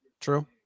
True